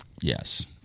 Yes